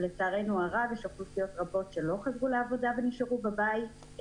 לצערנו הרב יש אוכלוסיות רבות שלא חזרו לעבודה ונשארו בבית,